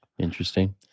interesting